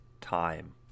Time